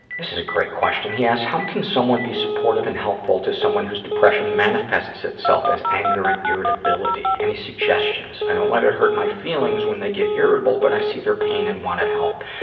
this is a great question. he asks, how can someone be supportive and helpful to someone whose depression manifests itself as anger and irritability. and any suggestions? i don't let it hurt my feelings when they get irritable, but i see their pain and wanna help.